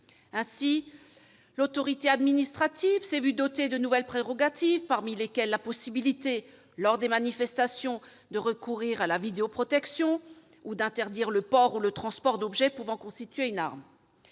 L'autorité administrative a été ainsi dotée de nouvelles prérogatives, parmi lesquelles la possibilité, lors des manifestations, de recourir à la vidéoprotection ou d'interdire le port et le transport d'objets pouvant constituer une arme